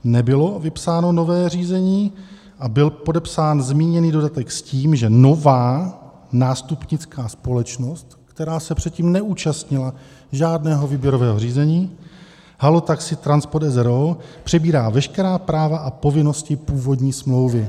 Nebylo vypsáno nové řízení a byl podepsán zmíněný dodatek s tím, že nová nástupnická společnost, která se předtím neúčastnila žádného výběrového řízení, Halotaxi transport, s. r. o., přebírá veškerá práva a povinnosti původní smlouvy.